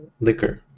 liquor